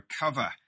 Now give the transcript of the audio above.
recover